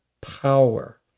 power